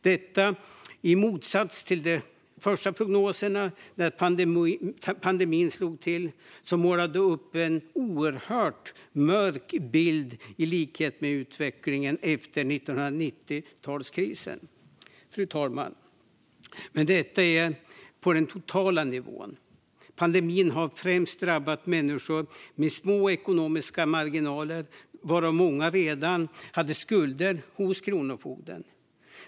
Detta står i motsats till de första prognoserna som kom när pandemin slog till. De målade upp en oerhört mörk bild som liknade utvecklingen efter 1990-talskrisen. Fru talman! Så här ser det ut på den totala nivån. Pandemin har främst drabbat människor med små ekonomiska marginaler, varav många redan hade skulder hos Kronofogden.